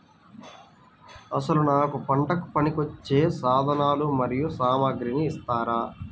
అసలు నాకు పంటకు పనికివచ్చే సాధనాలు మరియు సామగ్రిని ఇస్తారా?